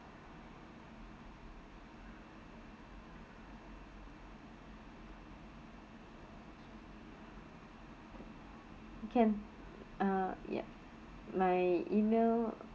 can uh yup my email